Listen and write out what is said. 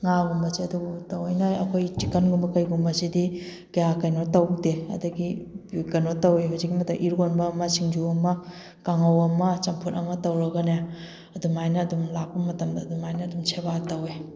ꯉꯥꯒꯨꯝꯕꯁꯦ ꯑꯗꯨꯕꯨ ꯊꯋꯣꯏꯅ ꯑꯩꯈꯣꯏ ꯆꯤꯛꯀꯟꯒꯨꯝꯕ ꯀꯩꯒꯨꯝꯕꯁꯤꯗꯤ ꯀꯌꯥ ꯀꯩꯅꯣ ꯇꯧꯗꯦ ꯑꯗꯒꯤ ꯀꯩꯅꯣ ꯇꯧꯋꯦ ꯍꯧꯖꯤꯛ ꯃꯇꯝ ꯏꯔꯣꯟꯕ ꯑꯃ ꯁꯤꯡꯖꯨ ꯑꯃ ꯀꯥꯡꯉꯧ ꯑꯃ ꯆꯝꯐꯨꯠ ꯑꯃ ꯇꯧꯔꯒꯅꯦ ꯑꯗꯨꯃꯥꯏꯅ ꯑꯗꯨꯝ ꯂꯥꯛꯄ ꯃꯇꯝꯗ ꯑꯗꯨꯃꯥꯏꯅ ꯑꯗꯨꯝ ꯁꯦꯕꯥ ꯇꯧꯋꯦ